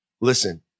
Listen